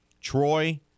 Troy